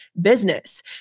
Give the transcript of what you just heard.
business